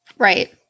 right